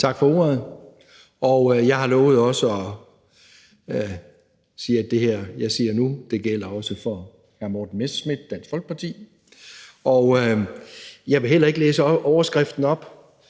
Tak for ordet. Jeg har lovet at sige, at det, jeg siger her nu, også gælder for hr. Morten Messerschmidt, Dansk Folkeparti. Jeg vil heller ikke læse overskriften op,